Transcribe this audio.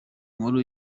nkuru